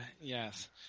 yes